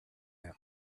him